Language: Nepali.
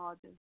हजुर